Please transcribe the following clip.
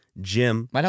Jim